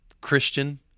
Christian